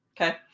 Okay